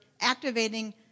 activating